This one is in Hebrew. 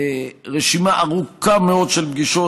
רשימה ארוכה מאוד של פגישות.